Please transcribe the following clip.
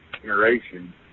generation